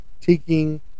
taking